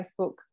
Facebook